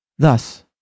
Thus